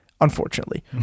Unfortunately